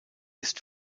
ist